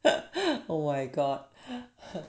oh my god